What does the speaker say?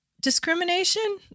discrimination